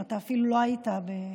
אתה אפילו לא היית בחלק.